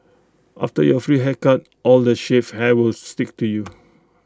after your free haircut all the shaved hair will stick to you